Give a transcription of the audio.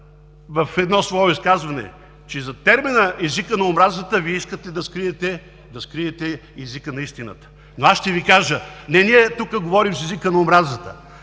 в едно свое изказване, че зад термина „езика на омразата“ Вие искате да скриете езика на истината. Аз ще Ви кажа: не ние тук говорим с езика на омразата,